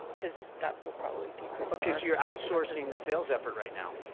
because that will probably decrease because you're you're outsourcing the sales effort right now.